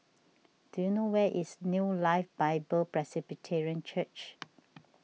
do you know where is New Life Bible Presbyterian Church